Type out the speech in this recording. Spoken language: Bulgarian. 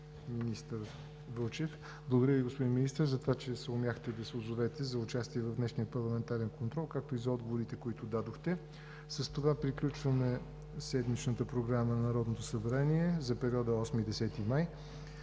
министър Вълчев. Благодаря Ви, господин Министър, че съумяхте да се отзовете за участие в днешния парламентарен контрол, както и за отговорите, които дадохте. С това приключваме седмичната програма на Народното събрание за периода 8 – 10 май